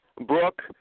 Brooke